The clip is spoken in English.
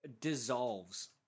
dissolves